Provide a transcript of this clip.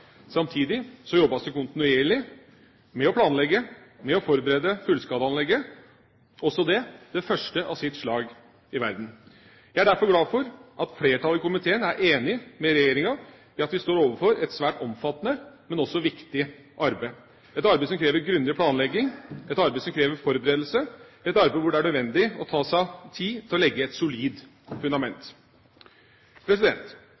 Samtidig jobbes det kontinuerlig med å planlegge og forberede fullskalaanlegget, også det det første av sitt slag i verden. Jeg er derfor glad for at flertallet i komiteen er enig med regjeringa i at vi står overfor et svært omfattende, men også viktig arbeid – et arbeid som krever grundig planlegging, et arbeid som krever forberedelse, og et arbeid hvor det er nødvendig å ta seg tid til å legge et solid fundament.